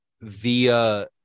via